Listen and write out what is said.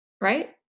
right